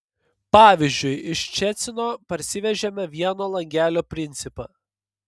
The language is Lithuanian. pavyzdžiui iš ščecino parsivežėme vieno langelio principą